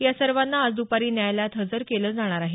या सर्वांना आज द्पारी न्यायालयात हजर केलं जाणार आहे